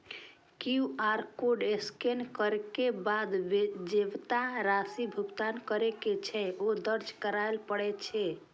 QR code scan करै के बाद जेतबा राशि भुगतान करै के छै, ओ दर्ज करय पड़ै छै